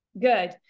good